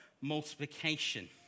multiplication